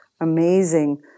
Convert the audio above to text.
amazing